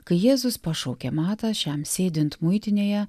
kai jėzus pašaukė matą šiam sėdint muitinėje